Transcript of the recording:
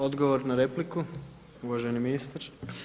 Odgovor na repliku, uvaženi ministar.